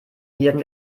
nieren